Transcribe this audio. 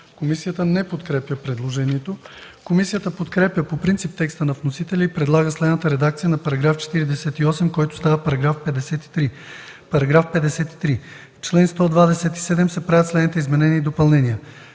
Комисията подкрепя предложението. Комисията подкрепя по принцип текста на вносителя и предлага следната редакция за § 46, който става § 70: „§ 70. В чл. 105 се правят следните изменения и допълнения: